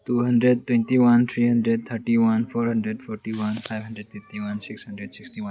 two hundred twenty one three hundred thirty one four hundred forty one five hundred fifty one six hundred sixty one